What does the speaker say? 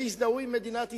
והזדהו עם מדינת ישראל.